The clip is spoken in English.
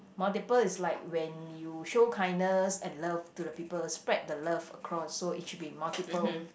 multiple is like when you show kindness and love to the people spread the love across so it should be multiple